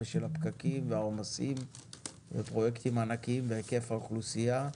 בשל הפקקים והעומסים והפרויקטים הענקיים והיקף האוכלוסייה,